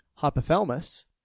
hypothalamus